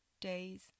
days